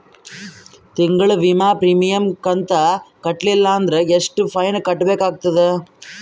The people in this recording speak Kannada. ತಿಂಗಳ ವಿಮಾ ಪ್ರೀಮಿಯಂ ಕಂತ ಕಟ್ಟಲಿಲ್ಲ ಅಂದ್ರ ಎಷ್ಟ ಫೈನ ಕಟ್ಟಬೇಕಾಗತದ?